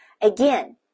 Again